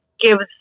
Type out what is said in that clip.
gives